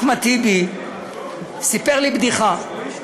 אחמד טיבי סיפר לי בדיחה,